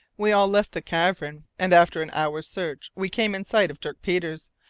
we all left the cavern, and after an hour's search we came in sight of dirk peters,